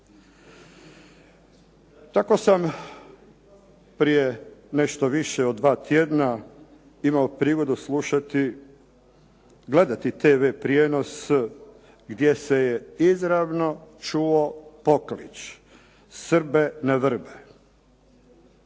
Tako sam prije nešto više od 2 tjedna imao prigodu slušati, gledati TV prijenos, gdje se je izravno čuo poklič "Srbe na vrbe"